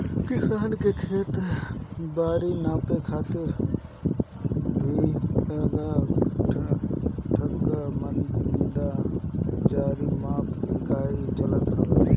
किसान के खेत बारी नापे खातिर बीघा, कठ्ठा, मंडा, जरी माप इकाई चलत हवे